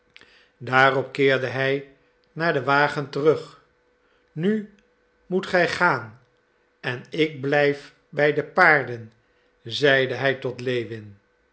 daarop keerde hij naar den wagen terug nu moet gij gaan en ik blijf bij de paarden zeide hij tot lewin